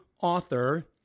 author